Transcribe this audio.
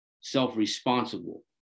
self-responsible